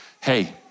hey